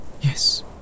Yes